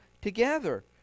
together